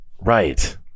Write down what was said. Right